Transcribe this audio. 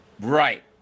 Right